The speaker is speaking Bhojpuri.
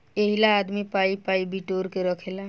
एहिला आदमी पाइ पाइ बिटोर के रखेला